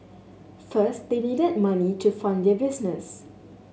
first they needed money to fund their business